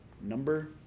number